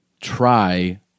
try